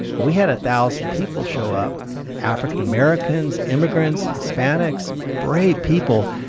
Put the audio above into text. and we had a thousand people show up african americans, immigrants, hispanics brave people.